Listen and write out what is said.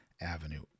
Avenue